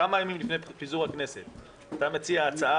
כמה ימים לפני פיזור הכנסת כשאתה מציע הצעה